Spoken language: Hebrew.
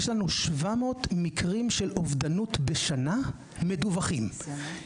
יש לנו 700 מקרים של אובדנות בשנה מדווחים --- ניסיונות?